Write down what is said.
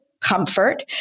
comfort